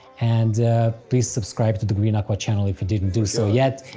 and please subscribe to the green aqua channel, if you didn't do so yet!